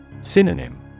Synonym